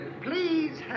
Please